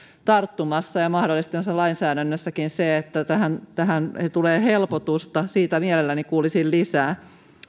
tarttumassa ja mahdollistamassa lainsäädännössäkin se että tähän tähän tulee helpotusta siitä mielelläni kuulisin lisää